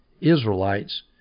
Israelites